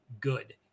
good